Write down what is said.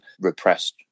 repressed